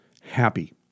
happy